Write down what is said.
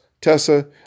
Tessa